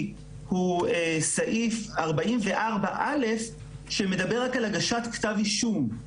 הוא סעיף 44.א שמדבר רק על הגשת כתב אישום,